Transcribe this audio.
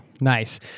Nice